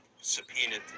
subpoenaed